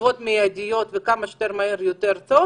תשובות מידיות וכמה שיותר מהר יותר טוב,